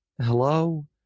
hello